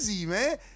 man